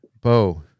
Bo